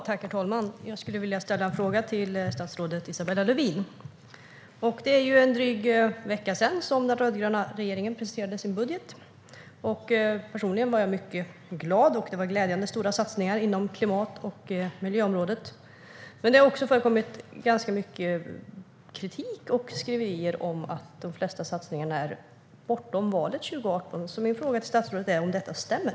Herr talman! Jag skulle vilja ställa en fråga till statsrådet Isabella Lövin. Det är en dryg vecka sedan den rödgröna regeringen presenterade sin budget. Personligen var jag mycket glad åt den, och det var glädjande stora satsningar inom klimat och miljöområdet. Men det har också förekommit ganska mycket kritik och skriverier om att de flesta satsningarna ligger bortom valet 2018. Min fråga till statsrådet är om detta stämmer.